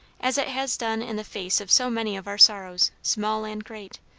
as it has done in the face of so many of our sorrows, small and great,